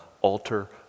altar